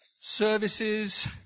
services